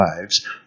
lives